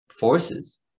Forces